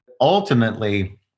Ultimately